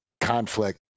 conflict